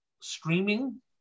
streaming